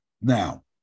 Now